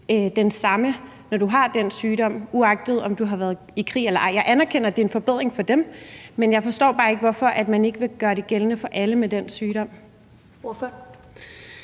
den samme, når du har den sygdom, uagtet om du har været i krig eller ej? Jeg anerkender, at det er en forbedring for dem, men jeg forstår bare ikke, hvorfor man ikke vil gøre det gældende for alle med den sygdom. Kl.